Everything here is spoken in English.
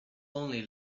only